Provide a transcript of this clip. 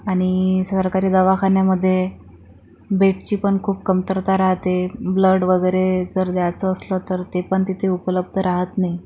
आणि सरकारी दवाखान्यामध्ये बेडची पण खूप कमतरता राहते ब्लड वगैरे जर द्यायचं असलं तर ते पण तिथे उपलब्ध राहत नाही